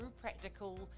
practical